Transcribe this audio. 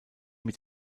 mit